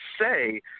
say